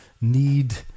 need